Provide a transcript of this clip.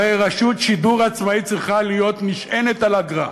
הרי לרשות שידור עצמאית צריכה להיות משענת, אגרה.